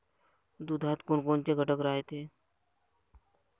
दुधात कोनकोनचे घटक रायते?